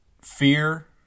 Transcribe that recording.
fear